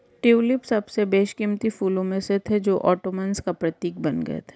tulip सबसे बेशकीमती फूलों में से थे जो ओटोमन्स का प्रतीक बन गए थे